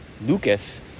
Lucas